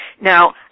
Now